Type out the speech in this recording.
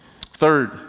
Third